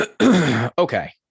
Okay